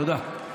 תודה.